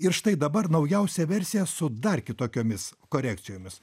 ir štai dabar naujausia versija su dar kitokiomis korekcijomis